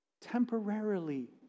Temporarily